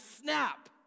snap